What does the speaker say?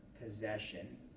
possession